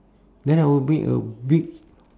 then I will make a big